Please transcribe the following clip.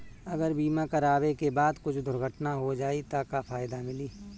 अगर बीमा करावे के बाद कुछ दुर्घटना हो जाई त का फायदा मिली?